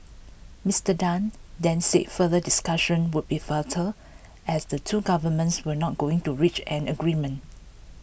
Mister Tan then said further discussion would be futile as the two governments were not going to reach an agreement